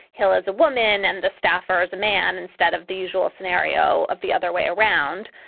hill is a woman and the staffer as a man instead of the usual scenario of the other way around.